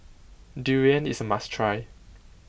Durian is a must try